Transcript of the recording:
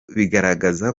bigaragaza